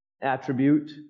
attribute